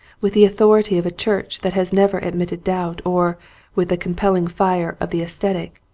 with the authority of a church that has never admitted doubt or with the compelling fire of the ascetic,